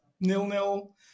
nil-nil